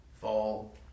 fall